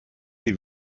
die